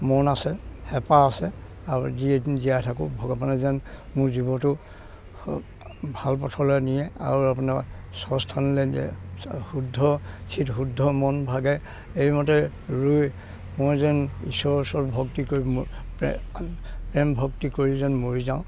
মন আছে হেঁপাহ আছে আৰু যি এদিন জীয়াই থাকোঁ ভগৱানে যেন মোৰ জীৱটো ভাল পথলৈ নিয়ে আৰু আপোনাৰ সস্থানলৈ নিয়ে শুদ্ধ চিত শুদ্ধ মন ভাগে এই মতে ৰৈ মই যেন ইশ্বৰৰ ওচৰত ভক্তি কৰিব প্ৰেম ভক্তি কৰি যেন মৰি যাওঁ